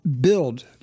build